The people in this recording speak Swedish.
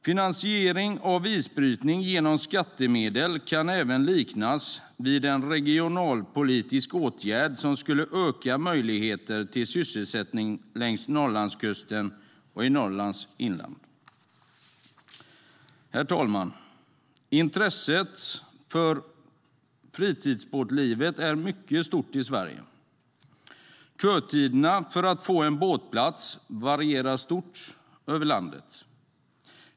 Finansiering av isbrytningen med hjälp av skattemedel kan även liknas vid en regionalpolitisk åtgärd som skulle öka möjligheterna till sysselsättning längs Norrlandskusten och i Norrlands inland. Herr talman! Intresset för fritidsbåtlivet är mycket stort i Sverige. Kötiderna för att få en båtplats varierar stort över landet.